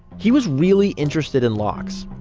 he was really interested in locks.